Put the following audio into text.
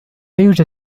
يوجد